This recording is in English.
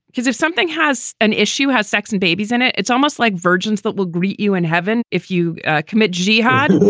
because if something has an issue, has sex and babies in it, it's almost like virgins that will greet you in heaven if you commit jihad.